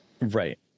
Right